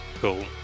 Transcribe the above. cool